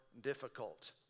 difficult